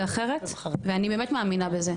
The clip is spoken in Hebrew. אני באמת מאמינה בזה,